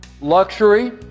luxury